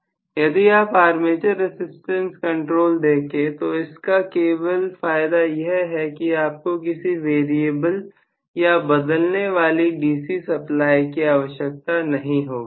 professor यदि आप armature resistance control देखें तो इसका केवल फायदा यह है कि आपको किसी वेरिएबल या बदलने वाली DC सप्लाई की आवश्यकता नहीं होगी